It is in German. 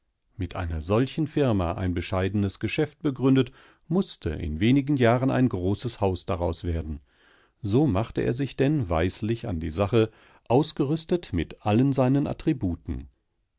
mit einer solchen firma ein bescheidenes geschäft begründet mußte in wenig jahren ein großes haus daraus werden so machte er sich denn weislich an die sache ausgerüstet mit allen seinen